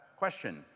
Question